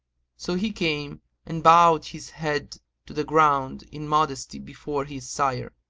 so he came and bowed his head to the ground in modesty before his sire.